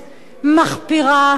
מחפירה.